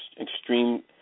extreme –